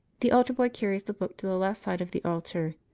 the altar-boy carries the book to the left side of the altar.